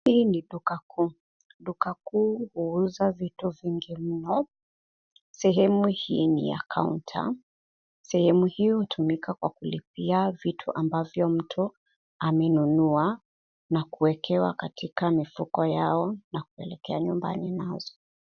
Hii ni duka kuu. Duka kuu huuza vitu vingi mno. Sehemu hii ni ya kaunta. Sehemu hii hutumika kwa kulipia vitu ambavyo mtu amenunua na kuwekewa katika mifuko yao na kuelekea nyumbani nazo.